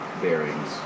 bearings